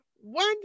one